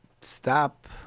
stop